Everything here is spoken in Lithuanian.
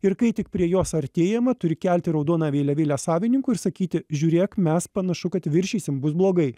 ir kai tik prie jos artėjama turi kelti raudoną vėliavėlę savininkui ir sakyti žiūrėk mes panašu kad viršysim bus blogai